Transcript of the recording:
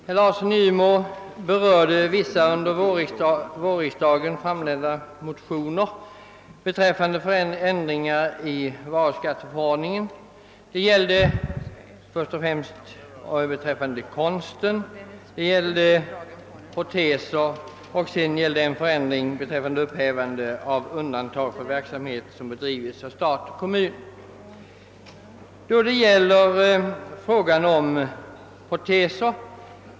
Herr talman! Herr Larsson i Umeå berörde vissa under vårriksdagen framlagda motioner beträffande ändringar i varuskatteförordningen i fråga om konst och proteser samt om upphävande av undantag för verksamhet som bedrives av stat och kommun.